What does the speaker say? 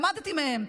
למדתי מהם.